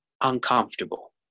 uncomfortable